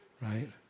Right